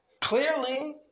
Clearly